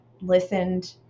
listened